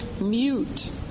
mute